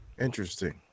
Interesting